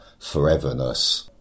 foreverness